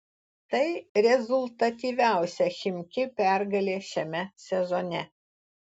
tai rezultatyviausia chimki pergalė šiame sezone